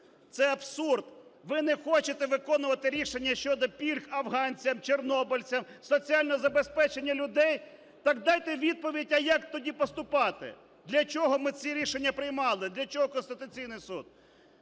це абсурд, ви не хочете виконувати рішення щодо пільг афганцям, чорнобильцям, соціальне забезпечення людей. Так дайте відповідь: а як тоді поступати, для чого ми ці рішення приймали, для чого Конституційний Суд?